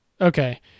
Okay